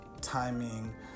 timing